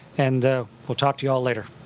and we'll talk to you all later.